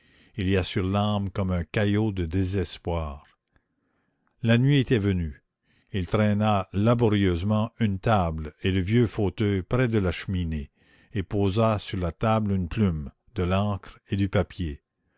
il y a sur l'âme comme un caillot de désespoir la nuit était venue il traîna laborieusement une table et le vieux fauteuil près de la cheminée et posa sur la table une plume de l'encre et du papier